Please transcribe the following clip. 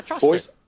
Boys